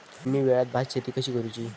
कमी वेळात भात शेती कशी करुची?